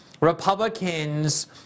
Republicans